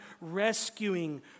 rescuing